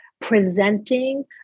presenting